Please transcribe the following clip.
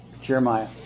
Jeremiah